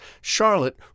Charlotte